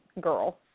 girl